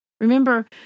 Remember